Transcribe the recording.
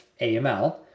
AML